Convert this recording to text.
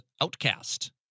Outcast